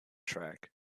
track